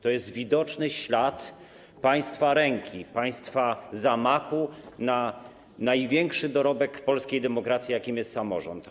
To jest widoczny ślad państwa ręki, państwa zamachu na największy dorobek polskiej demokracji, jakim jest samorząd.